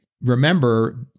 Remember